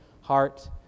heart